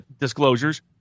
disclosures